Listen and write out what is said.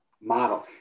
model